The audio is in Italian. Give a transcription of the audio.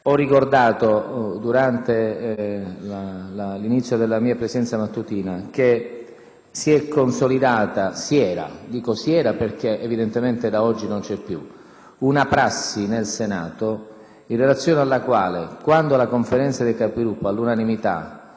si era consolidata - dico «si era» perché evidentemente da oggi non è più così - una prassi in relazione alla quale, quando la Conferenza dei Capigruppo all'unanimità assegnava ad una seduta l'esigenza di sviluppare la discussione generale,